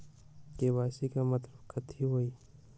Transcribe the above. KYC के मतलब कथी होई?